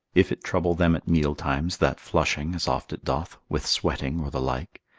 if it trouble them at meal times that flushing, as oft it doth, with sweating or the like,